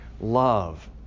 love